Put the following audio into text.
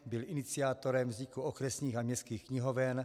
Byl iniciátorem vzniku okresních a městských knihoven.